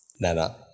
Nana